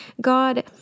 God